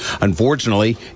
Unfortunately